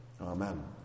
Amen